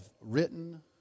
written